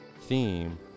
theme